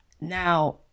Now